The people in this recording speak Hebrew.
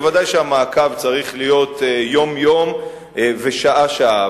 ודאי שהמעקב צריך להיות יום-יום ושעה-שעה.